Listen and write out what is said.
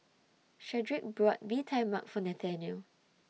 Shedrick brought Bee Tai Mak For Nathaniel